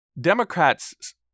Democrats